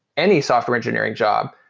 any software engineering job,